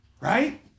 Right